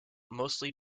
mostly